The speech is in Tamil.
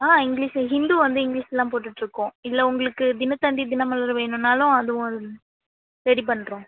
ஆ இங்கிலீஷில் ஹிந்து வந்து இங்கிலீஷில் தான் போட்டுட்டுருக்கோம் இதில் உங்களுக்கு தினத்தந்தி தினமலர் வேணும்னாலும் அதுவும் ரெடி பண்ணுறோம்